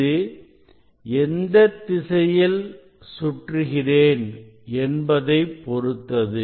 இது எந்த திசையில் சுற்றுகிறேன் என்பதை பொறுத்தது